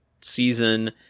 season